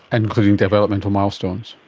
including developmental milestones.